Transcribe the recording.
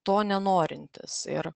to nenorintys ir